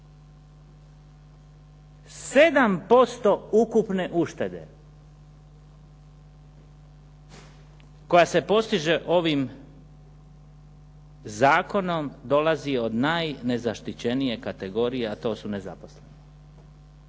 7% ukupne uštede koja se postiže ovim zakonom dolazi od najnezaštićenije kategorije, a to su nezaposleni.